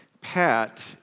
Pat